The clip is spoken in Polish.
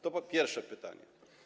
To pierwsze pytanie.